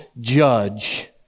judge